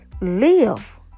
live